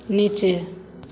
नीचे